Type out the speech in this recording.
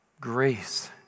grace